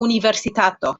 universitato